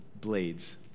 blades